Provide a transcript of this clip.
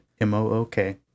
M-O-O-K